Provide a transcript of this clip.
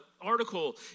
article